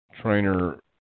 trainer